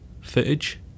footage